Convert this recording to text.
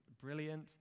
brilliant